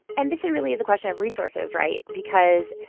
and this really is a question of resources right? because,